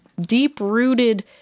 deep-rooted